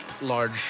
large